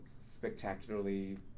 spectacularly